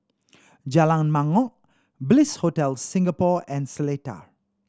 Jalan Mangkok Bliss Hotel Singapore and Seletar